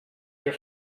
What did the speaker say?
your